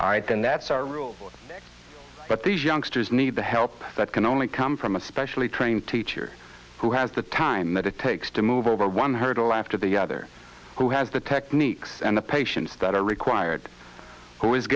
to rule but these youngsters need the help that can only come from a specially trained teacher who has the time that it takes to move over one hurdle after the other who has the techniques and the patients that are required who is